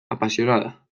apasionada